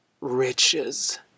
riches